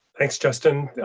thanks justin.